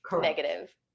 negative